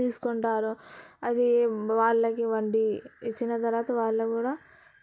తీసుకుంటారు అది వాళ్ళకి వండి ఇచ్చిన తర్వాత వాళ్ళు కూడా